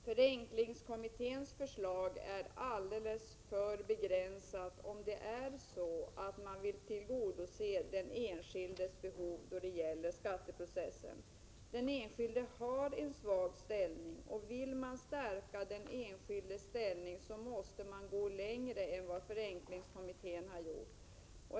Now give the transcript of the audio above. Herr talman! Förenklingskommitténs förslag är alldeles för begränsat för att den enskildes behov då det gäller skatteprocessen skall tillgodoses. Den enskilde har en svag ställning, och om den skall kunna stärkas måste man gå längre än vad förenklingskommittén har gjort.